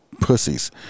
pussies